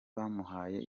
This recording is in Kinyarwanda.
byamuhaye